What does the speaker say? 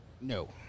No